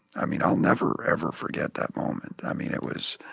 i mean, i'll never, ever forget that moment. i mean it was,